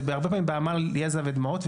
הרבה פעמים זה בעמל יזע ודמעות,